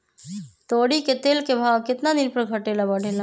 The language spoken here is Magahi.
तोरी के तेल के भाव केतना दिन पर घटे ला बढ़े ला?